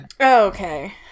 Okay